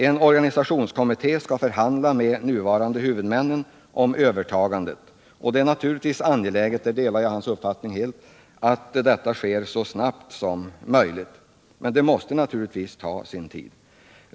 En organisationskommitté skall förhandla med de nuvarande huvudmännen om övertagandet, och det är naturligtvis viktigt — här delar jag helt Bengt Fagerlunds uppfattning — att detta går så fort som möjligt. Men det måste givetvis ta sin tid.